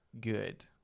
good